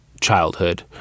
childhood